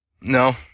No